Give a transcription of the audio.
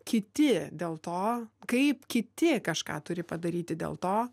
kiti dėl to kaip kiti kažką turi padaryti dėl to